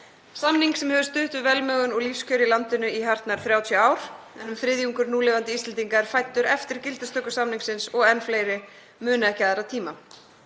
samning sem hefur stutt við velmegun og lífskjör í landinu í hartnær 30 ár en um þriðjungur núlifandi Íslendinga er fæddur eftir gildistöku samningsins og enn fleiri muna ekki aðra tíma.